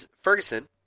Ferguson